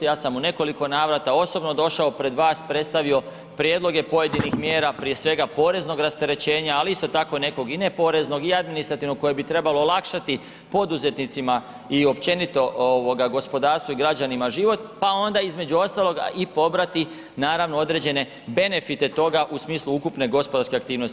I ja sam u nekoliko navrata osobno došao pred vas, predstavio prijedloge pojedinih mjera, prije svega poreznog rasterećenja ali isto tako nekog i ne poreznog i administrativnog koje bi trebalo olakšati poduzetnicima i općenito gospodarstvu i građanima život pa onda između ostalog i pobrati naravno određene benefite toga u smislu ukupne gospodarske aktivnosti.